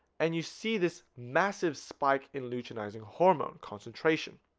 and you see this massive spike in luteinizing hormone concentration